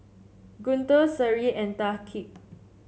Guntur Seri and Thaqif